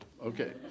Okay